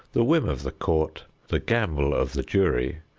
the whim of the court, the gamble of the jury,